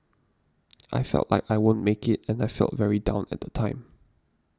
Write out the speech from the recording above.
I felt like I won't make it and I felt very down at the time